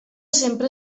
sempre